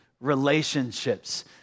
relationships